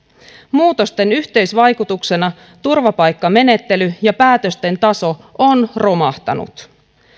muutosten yhteisvaikutuksena turvapaikkamenettely ja päätösten taso on romahtanut